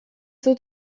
dut